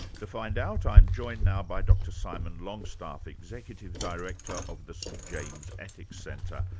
to find out, i'm joined now by dr simon longstaff, executive director of the st james ethics centre.